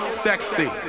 Sexy